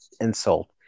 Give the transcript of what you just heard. insult